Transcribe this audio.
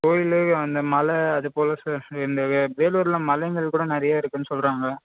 கோயில் அந்த மலை அதுபோல் சார் இந்த வே வேலூரில் மலைங்கள் கூட நிறையா இருக்குதுன்னு சொல்கிறாங்க